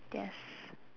yes